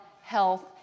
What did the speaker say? health